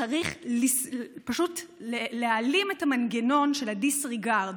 צריך פשוט להעלים את המנגנון של הדיסרגרד,